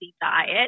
diet